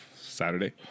Saturday